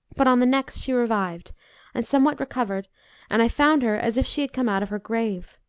but on the next she revived and somewhat recovered and i found her as if she had come out of her grave.